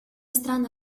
страны